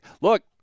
Look